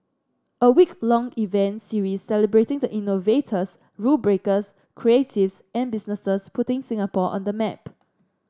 a week long event series celebrating the innovators rule breakers creatives and businesses putting Singapore on the map